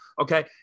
Okay